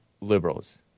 liberals